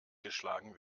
geschlagen